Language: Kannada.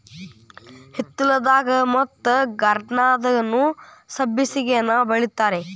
ಹಿತ್ತಲದಾಗ ಮತ್ತ ಗಾರ್ಡನ್ದಾಗುನೂ ಸಬ್ಬಸಿಗೆನಾ ಬೆಳಿತಾರ